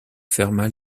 ferma